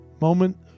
moment